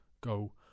go